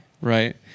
right